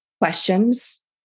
questions